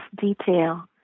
detail